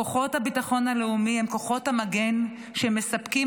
כוחות הביטחון הלאומי הם כוחות המגן שמספקים